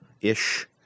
ish